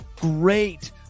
Great